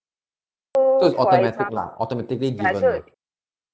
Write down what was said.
so it's automatic lah automatically given lah